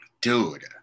dude